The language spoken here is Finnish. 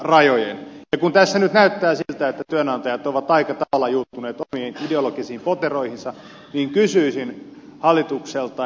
ja kun tässä nyt näyttää siltä että työnantajat ovat aika tavalla juuttuneet omiin ideologisiin poteroihinsa niin kysyisin hallitukselta